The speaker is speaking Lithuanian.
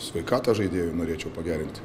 sveikatą žaidėjų norėčiau pagerint